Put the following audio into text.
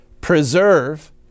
Preserve